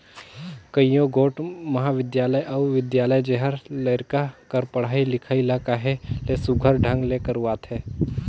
कइयो गोट महाबिद्यालय अउ बिद्यालय जेहर लरिका कर पढ़ई लिखई ल कहे ले सुग्घर ढंग ले करवाथे